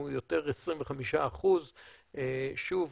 הוא יותר 25%. שוב,